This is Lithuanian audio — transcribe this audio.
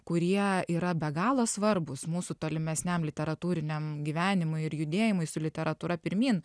kurie yra be galo svarbūs mūsų tolimesniam literatūriniam gyvenimui ir judėjimui su literatūra pirmyn